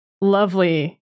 lovely